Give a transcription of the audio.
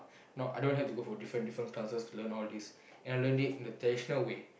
not I don't have to go for different different class to learn all this I learn it in a traditional way